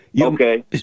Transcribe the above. Okay